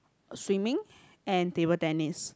swimming and table tennis